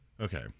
Okay